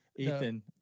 Ethan